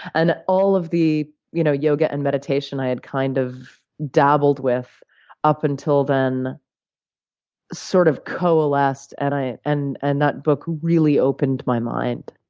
and all of the you know yoga and meditation i had kind of dabbled with up until then sort of coalesced, and and and that book really opened my mind.